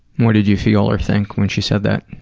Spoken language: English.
what did you feel or think when she said that?